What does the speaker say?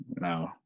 No